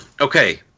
Okay